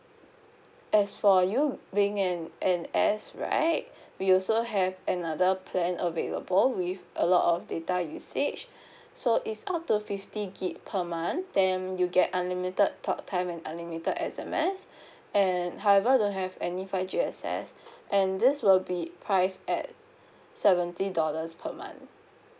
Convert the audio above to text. as for you being an N_S right we also have another plan available with a lot of data usage so it's up to fifty gig per month then you get unlimited talk time and unlimited S_M_S and however don't have any five G access and this will be priced at seventy dollars per month